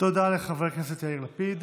תודה לחבר הכנסת יאיר לפיד.